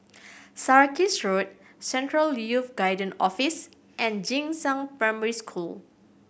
Sarkies Road Central Youth Guidance Office and Jing Shan Primary School